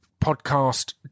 podcast